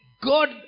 God